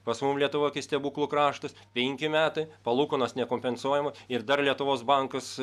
pas mum lietuvoj kai stebuklų kraštas penki metai palūkanos nekompensuojama ir dar lietuvos bankas